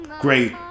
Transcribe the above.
great